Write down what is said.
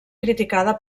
criticada